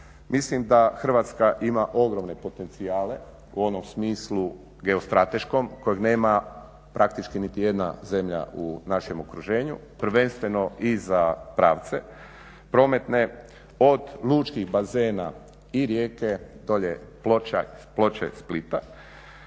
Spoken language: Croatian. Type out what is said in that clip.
Mislim da Hrvatska ima ogromne potencijale u onom smislu geostrateškom koje nema praktički niti jedna zemlja u našem okruženju prvenstveno i za pravce prometne od lučkih bazena i Rijeke, dolje Ploče, Splita.